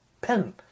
Pen